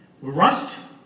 rust